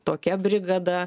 tokia brigada